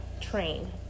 train